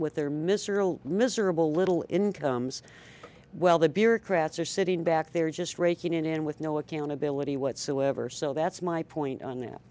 with their miserable miserable little incomes well the bureaucrats are sitting back there just raking in and with no accountability whatsoever so that's my point on